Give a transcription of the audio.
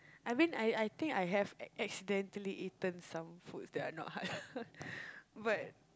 I mean I I I think I have accidentally eaten some foods that are not halal but